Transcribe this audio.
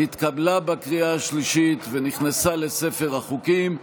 התקבלה בקריאה השלישית, ונכנסה לספר החוקים.